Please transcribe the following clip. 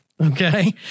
Okay